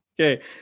Okay